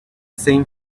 same